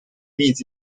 meet